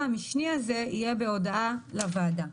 להיות ספקית כמו אחרים?